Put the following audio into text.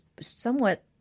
somewhat